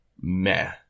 meh